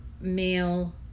male